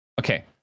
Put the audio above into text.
Okay